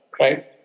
right